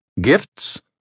Gifts